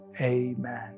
Amen